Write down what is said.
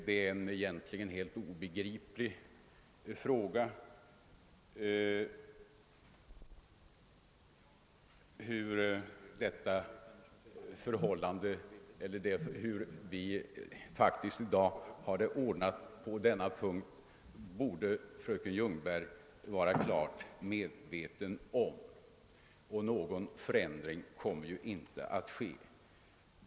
Det är egentligen ett helt obegripligt uttalande. Hur vi faktiskt i dag har det ordnat härvidlag borde fröken Ljungberg vara klart medveten om, och någon förändring kommer ju inte att ske.